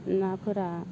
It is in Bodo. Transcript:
नाफोरा